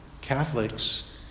Catholics